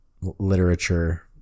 literature